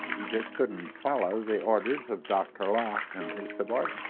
he just couldn't follow the orders of dr. locke and his subordinates.